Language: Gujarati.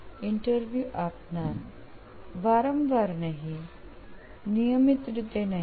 ઈન્ટરવ્યુ આપનાર વારંવાર નહીં નિયમિત રીતે નહીં